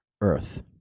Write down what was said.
earth